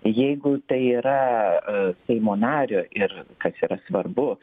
jeigu tai yra seimo nario ir kas yra svarbu